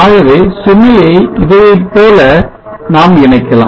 ஆகவே சுமையை இதைப்போல நாம் இணைக்கலாம்